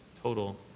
total